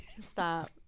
Stop